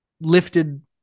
lifted